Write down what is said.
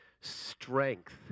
strength